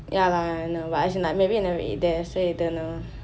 ya lah I know as in maybe you never eat there so you don't know